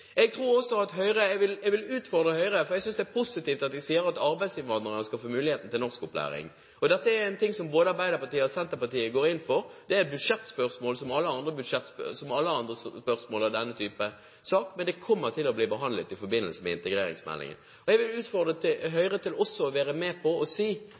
Jeg vil utfordre Høyre, for jeg synes det er positivt at de sier at arbeidsinnvandrere skal få muligheten til norskopplæring. Dette går både Arbeiderpartiet og Senterpartiet inn for. Det er et budsjettspørsmål, som alle andre spørsmål i denne type saker, men det kommer til å bli behandlet i forbindelse med integreringsmeldingen. Jeg vil også utfordre Høyre til å være med på å si